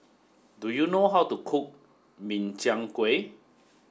do you know how to cook Min Chiang Kueh